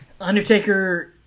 undertaker